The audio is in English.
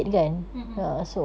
mm mm